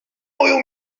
moją